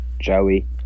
joey